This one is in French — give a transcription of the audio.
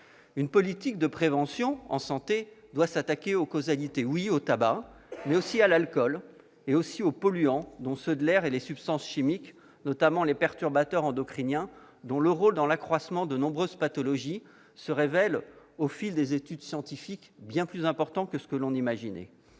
Une politique de prévention en santé doit s'attaquer aux causes : au tabac, certes, mais aussi à l'alcool, aux polluants, dont ceux de l'air, et aux substances chimiques, notamment aux perturbateurs endocriniens, dont le rôle dans l'accroissement de nombreuses pathologies se révèle, au fil des études scientifiques, bien plus important que ce que l'on imaginait.